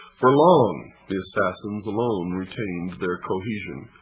for long the assassins alone retained their cohesion.